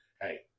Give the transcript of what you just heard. hey